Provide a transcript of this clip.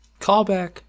Callback